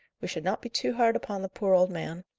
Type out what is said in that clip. we should not be too hard upon the poor old man.